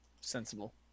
Sensible